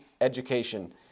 education